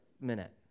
minute